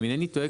אם אינני טועה,